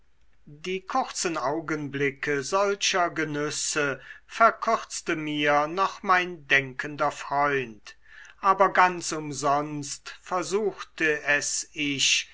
die kurzen augenblicke solcher genüsse verkürzte mir noch mein denkender freund aber ganz umsonst versuchte es ich